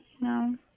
no